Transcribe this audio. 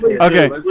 okay